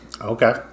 Okay